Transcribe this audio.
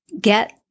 Get